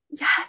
yes